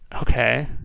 Okay